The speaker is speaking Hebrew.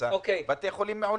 ובהדסה - בתי חולים מעולים.